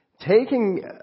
taking